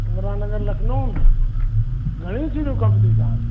इन्द्रां नगर लखनऊ में घणियूं सिरूं खपिदियूं तव्हांखे